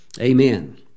Amen